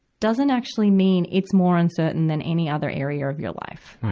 doesn't actually mean it's more uncertain than any other area of your life.